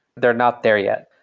they're not there yet.